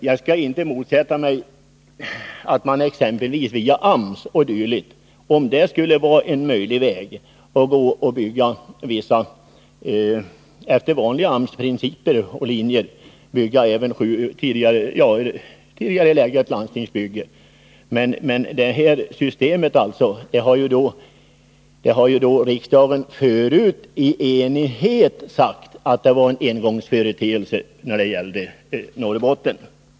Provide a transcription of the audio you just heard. Jag skallinte motsätta mig att man exempelvis via AMS, om det skulle vara möjligt, bygger eller tidigarelägger även ett landstingsbygge. Men om det här aktuella systemet har riksdagen förut i enighet sagt att det var en engångsföreteelse när det gällde Norrbotten.